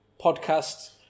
podcast